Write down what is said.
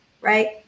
right